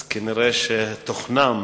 אז כנראה תוכנם